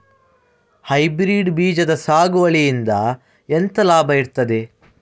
Hybrid ಬೀಜದ ಸಾಗುವಳಿಯಿಂದ ಎಂತ ಲಾಭ ಇರ್ತದೆ?